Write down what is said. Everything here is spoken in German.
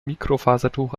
mikrofasertuch